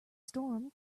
storm